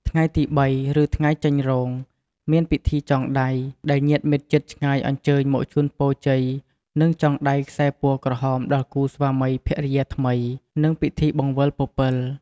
ថ្ងៃទី៣ ឬ ថ្ងៃចេញរោង មាន ពិធីចងដៃ ដែលញាតិមិត្តជិតឆ្ងាយអញ្ជើញមកជូនពរជ័យនិងចងដៃខ្សែពណ៌ក្រហមដល់គូស្វាមីភរិយាថ្មី និងពិធីបង្វិលពពិល។